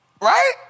Right